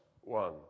one